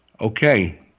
Okay